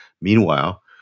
Meanwhile